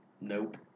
Nope